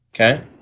okay